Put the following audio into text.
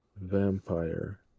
vampire